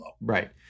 Right